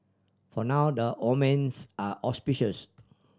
for now the omens are auspicious